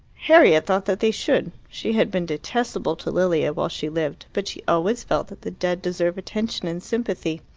harriet thought that they should. she had been detestable to lilia while she lived, but she always felt that the dead deserve attention and sympathy.